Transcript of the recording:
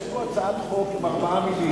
יש פה הצעת חוק עם ארבע מלים